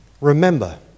remember